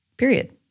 period